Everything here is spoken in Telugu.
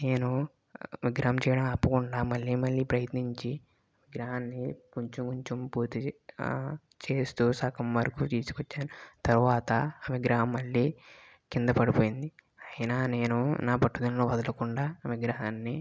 నేను విగ్రహం చేయడం ఆపకుండా మళ్ళీ మళ్ళీ ప్రయత్నించి విగ్రహాన్ని కొంచెం కొంచెం పూర్తి చేస్తూ సగం వరకు తీసుకు వచ్చాను తరువాత ఆ విగ్రహం మళ్ళీ కింద పడిపోయింది అయినా నేను నా పట్టుదలను వదలకుండా విగ్రహాన్ని